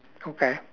okay